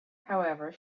however